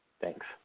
Thanks